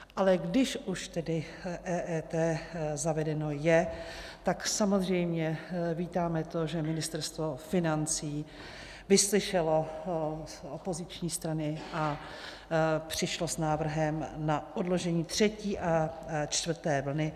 Ale když už tedy EET zavedeno je, tak samozřejmě vítáme to, že Ministerstvo financí vyslyšelo opoziční strany a přišlo s návrhem na odložení třetí a čtvrté vlny.